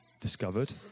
discovered